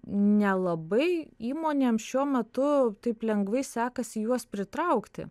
nelabai įmonėms šiuo metu taip lengvai sekasi juos pritraukti